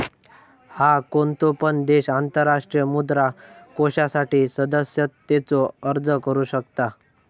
हा, कोणतो पण देश आंतरराष्ट्रीय मुद्रा कोषासाठी सदस्यतेचो अर्ज करू शकता